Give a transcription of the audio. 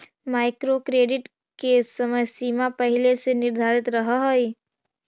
micro credit के समय सीमा पहिले से निर्धारित रहऽ हई